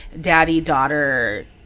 daddy-daughter